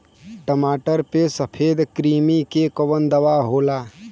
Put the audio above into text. टमाटर पे सफेद क्रीमी के कवन दवा होला?